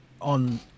on